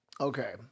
Okay